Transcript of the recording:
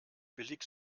billig